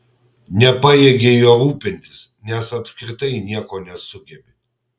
nepajėgei juo rūpintis nes apskritai nieko nesugebi